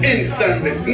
Instantly